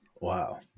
Wow